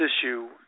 issue